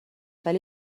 ولی